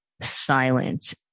silent